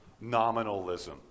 nominalism